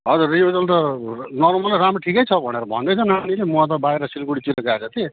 हजुर रिभिजन त नर्मलै राम्रै ठिकै छ भनेर भन्दैछ नानीले म त बाहिर सिलगढीतिर गएको थिएँ